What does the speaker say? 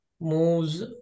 moves